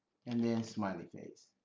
and then smiley face.